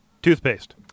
Toothpaste